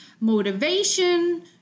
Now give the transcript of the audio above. motivation